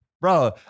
Bro